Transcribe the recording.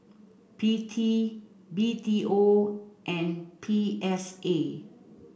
P T B T O and P S A